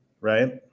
right